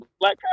black